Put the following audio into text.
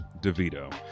DeVito